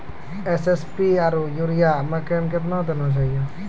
SSP आरु urea मकई मे कितना देना चाहिए?